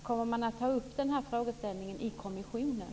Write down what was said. Kommer man att ta upp denna fråga i kommissionen?